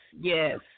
yes